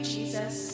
Jesus